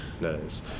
Nice